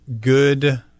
good